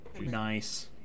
Nice